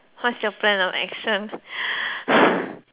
what's your plan of action